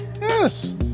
Yes